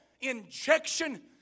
injection